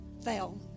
fail